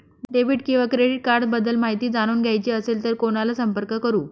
Debit किंवा credit cards बद्दल माहिती जाणून घ्यायची असेल तर कोणाला संपर्क करु?